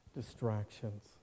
distractions